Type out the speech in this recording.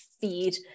feed